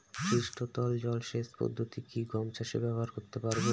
পৃষ্ঠতল জলসেচ পদ্ধতি কি গম চাষে ব্যবহার করতে পারব?